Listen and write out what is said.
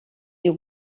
you